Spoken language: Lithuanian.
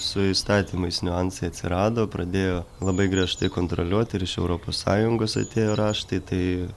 su įstatymais niuansai atsirado pradėjo labai griežtai kontroliuot ir iš europos sąjungos atėjo raštai tai